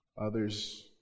others